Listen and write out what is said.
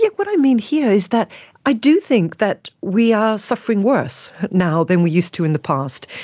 like what i mean here is that i do think that we are suffering worse now than we used to in the past.